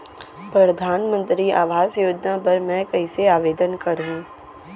परधानमंतरी आवास योजना बर मैं कइसे आवेदन करहूँ?